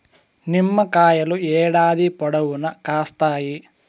నిమ్మకాయలు ఏడాది పొడవునా కాస్తాయి